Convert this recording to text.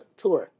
tour